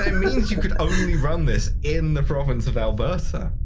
ah means you could only run this in the province of alberta!